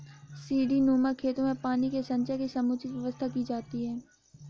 सीढ़ीनुमा खेतों में पानी के संचय की समुचित व्यवस्था की जाती है